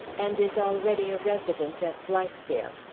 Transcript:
and is already a resident at blithedale.